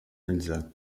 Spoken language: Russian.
нельзя